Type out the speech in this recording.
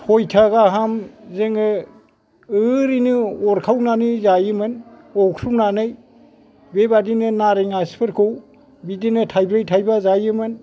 सयथा गाहाम जोङो ओरैनो अरखावनानै जायोमोन अख्रुबनानै बे बायदिनो नारें आसिफोरखौ बिदिनो थाइब्रै थाइबा जायोमोन